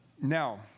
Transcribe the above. Now